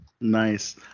Nice